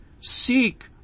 seek